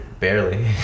Barely